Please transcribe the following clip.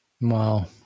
Wow